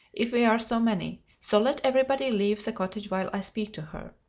if we are so many, so let every body leave the cottage while i speak to her.